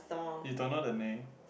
you don't know the name